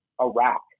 Iraq